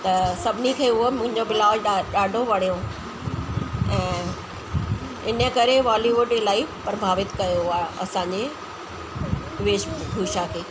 त सभिनी खे उहो मुंहिंजो ब्लाउज ॾा ॾाढो वणियो ऐं इन करे बॉलीवुड इलाही प्रभावित कयो आहे असांजे वेशभूषा खे